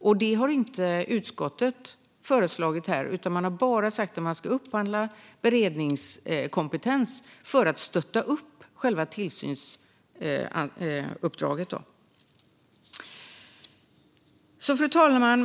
Utskottet har inte föreslagit detta utan har bara sagt att man ska upphandla beredningskompetens för att stötta upp själva tillsynsuppdraget. Fru talman!